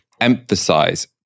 emphasize